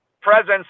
presence